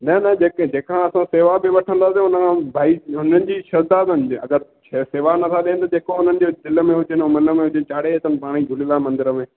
न न असां जेका सेवा बि वठंदासीं उनखां भई हुननि जी श्रद्धा अथनि अगरि सेवा नथा ॾियनि जेको हुननि जे दिलि में हुजे मन में हुजे चाढ़े अचे पाण ई झूलेलाल मंदर में